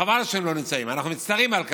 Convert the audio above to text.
וחבל שהם לא נמצאים, אנחנו מצטערים על כך,